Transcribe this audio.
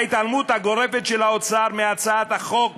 ההתעלמות הגורפת של האוצר מהצעת החוק